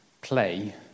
play